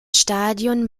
stadion